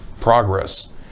progress